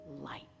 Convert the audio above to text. light